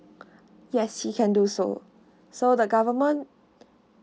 yes he can do so so the government